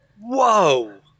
Whoa